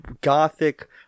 Gothic